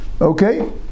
Okay